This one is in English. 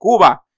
Cuba